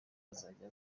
azajya